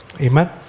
Amen